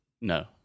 No